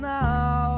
now